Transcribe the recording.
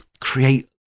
create